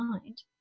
mind